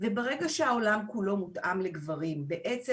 וברגע שהעולם כולו מותאם לגברים בעצם